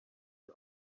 byo